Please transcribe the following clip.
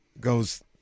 goes